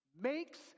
makes